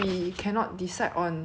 let me ask another question